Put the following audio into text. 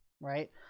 right